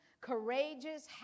courageous